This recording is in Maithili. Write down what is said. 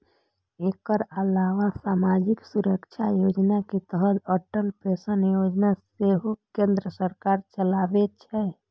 एकर अलावा सामाजिक सुरक्षा योजना के तहत अटल पेंशन योजना सेहो केंद्र सरकार चलाबै छै